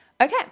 Okay